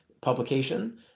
publication